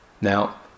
Now